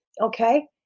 okay